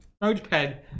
notepad